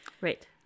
Right